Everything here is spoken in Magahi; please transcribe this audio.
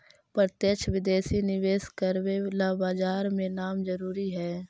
प्रत्यक्ष विदेशी निवेश करवे ला बाजार में नाम जरूरी है